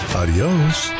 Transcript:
adios